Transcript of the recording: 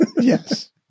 Yes